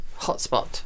hotspot